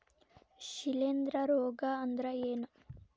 ಶಿಲೇಂಧ್ರ ರೋಗಾ ಅಂದ್ರ ಏನ್?